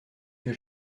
que